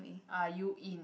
are you in